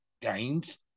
gains